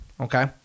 Okay